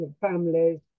families